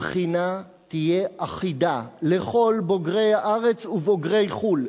הבחינה תהיה אחידה לכל בוגרי הארץ ובוגרי חו"ל,